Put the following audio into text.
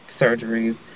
surgeries